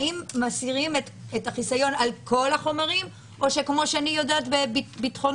האם מסירים את החיסיון מעל כל החומרים או שכמו שאני יודעת בביטחוני,